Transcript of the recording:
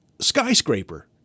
skyscraper